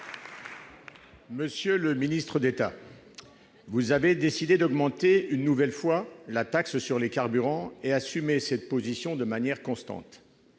Monsieur le ministre d'État, vous avez décidé d'augmenter une nouvelle fois la taxe sur les carburants ; vous assumez cette position de manière constante.